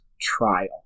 trial